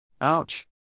Ouch